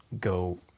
go